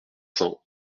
cents